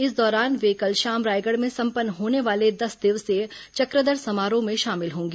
इस दौरान सुश्री उइके कल शाम रायगढ़ में संपन्न होने वाले दस दिवसीय चक्रधर समारोह में शामिल होंगी